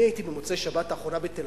אני הייתי במוצאי השבת האחרונה בתל-אביב.